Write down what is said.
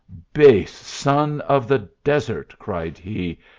base son of the desert, cried he,